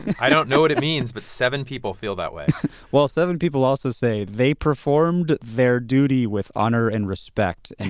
i don't know what it means, but seven people feel that way well, seven people also say they performed their duty with honor and respect. and